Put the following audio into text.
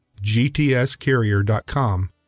gtscarrier.com